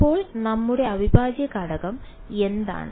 അപ്പോൾ നമ്മുടെ അവിഭാജ്യഘടകം എന്താണ്